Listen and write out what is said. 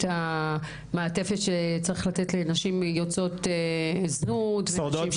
המעטפת שצריך לתת לנשים שורדות זנות.